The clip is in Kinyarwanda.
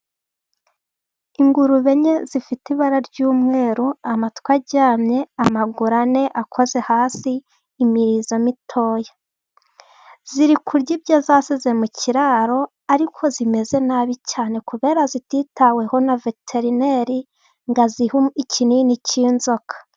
Ingurube enye zifite ibara ry'umweru, amatwi aryamye, amaguru ane akoze hasi, imirizo mitoya. Ziri kurya ibyo zasize mu kiraro ariko zimeze nabi cyane, kubera zititaweho na veterineri ngo azihe ikinini cy' inzoka.